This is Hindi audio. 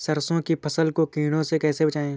सरसों की फसल को कीड़ों से कैसे बचाएँ?